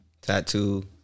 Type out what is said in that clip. Tattoo